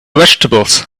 vegetables